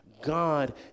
God